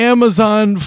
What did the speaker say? Amazon